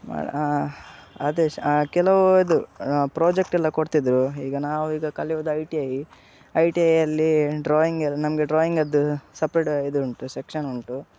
ಅದೇ ಕೆಲವು ಇದು ಪ್ರಾಜೆಕ್ಟೆಲ್ಲ ಕೊಡ್ತಿದ್ದರು ಈಗ ನಾವು ಈಗ ಕಲಿಯುವುದು I T I I T ಐಲ್ಲಿ ಡ್ರಾಯಿಂಗ್ ನಮಗೆ ಡ್ರಾಯಿಂಗದ್ದು ಸಪ್ರೇಟ್ ಇದುಂಟು ಸೆಕ್ಷನ್ ಉಂಟು